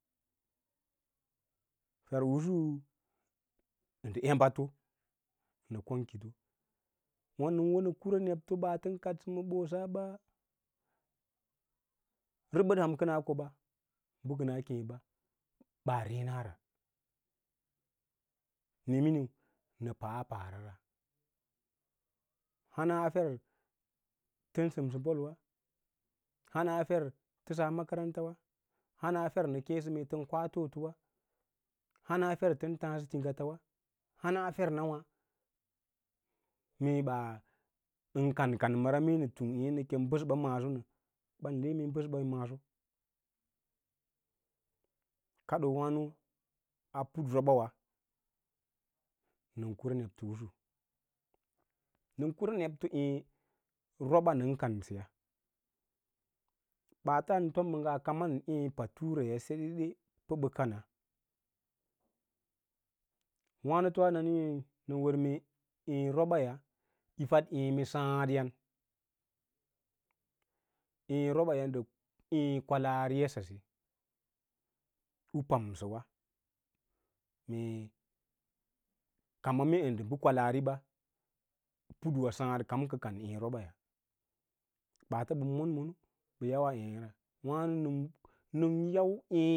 Ferꞌusu ndə embato nə kong kito wâ nə wo nən kura nebto ɓaata ɓaa tən kadsə ma ɓosa ba rəbəd ɓaa tən kadsə ma ɓosa ɓa rəbəd han kəna xo ba, bə kəna keẽ ɓa ɓaa reẽna ra mee miniu nə pa’a parara hana far tən sən sə bol wa hana fer təsas makarantawa hana fer nə kíě sə mee tən kda toꞌotow. Hana fer tən taã sə tinggata we hana fernawa mee kam ramməra mee nə tung en ne kan bəsəba maasənə ɓan le me bəsə yimaaso kadoowano a put robawa nən kare nebtoꞌusu, nən kura nebto eẽ roɓa nən kansəya. Naata tom ɓə ngaa kaman eẽ patukya sedede pə ɓə kana, wanəto a nanii nə wər mee ěě roɓa ya yi fod ěěme sǎǎdyan ěě roɓaya ndə ěě kwalkaoo ya saye u pamsəwa rana ndə bə kwalaar ꞌ ba putwa saãd kam ka kan ẽe robma ɓaata ɓən non mono ɓə yawa ěě ra wa’no nən yau.